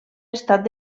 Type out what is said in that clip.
estat